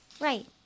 Right